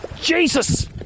Jesus